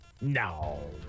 No